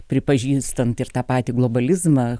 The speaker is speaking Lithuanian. pripažįstant ir tą patį globalizmą